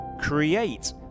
create